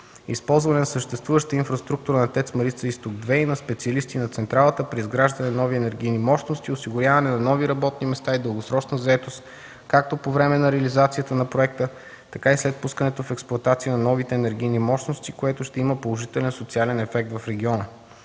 Използване на съществуващата инфраструктура на ТЕЦ „Марица Изток 2” и на специалисти на централата при изграждане на нови енергийни мощности, осигуряване на нови работни места и дългосрочна заетост както по време на реализацията на проекта, така и след пускането в експлоатация на новите енергийни мощности, което ще има положителен социален ефект в региона.